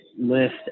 list